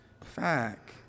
Fact